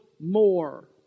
more